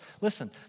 Listen